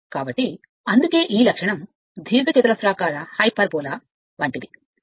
కాబట్టి అందుకే ఈ లక్షణం దీర్ఘచతురస్రాకార హైపర్బోలా లాంటిది అని పిలుస్తారు